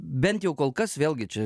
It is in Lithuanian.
bent jau kol kas vėlgi čia